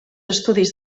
estudis